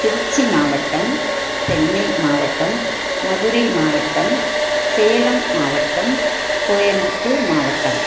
திருச்சி மாவட்டம் சென்னை மாவட்டம் மதுரை மாவட்டம் சேலம் மாவட்டம் கோயம்புத்தூர் மாவட்டம்